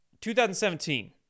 2017